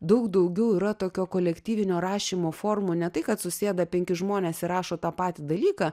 daug daugiau yra tokio kolektyvinio rašymo formų ne tai kad susėda penki žmonės ir rašo tą patį dalyką